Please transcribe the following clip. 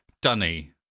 Dunny